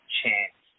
chance